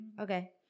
Okay